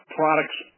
products